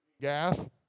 Gath